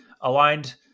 Aligned